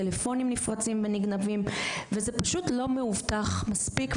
טלפונים נפרצים ונגנבים וזה פשוט לא מאובטח מספיק,